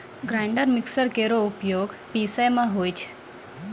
grinder mixer केरो उपयोग पिसै म होय छै